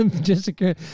Jessica